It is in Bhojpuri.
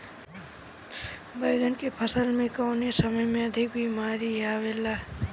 बैगन के फसल में कवने समय में अधिक बीमारी आवेला?